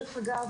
דרך אגב,